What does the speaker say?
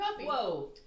whoa